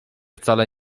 wcale